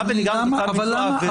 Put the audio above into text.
המוות נגרם כתוצאה מביצוע העבירה.